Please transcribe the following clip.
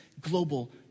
global